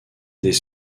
des